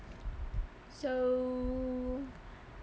so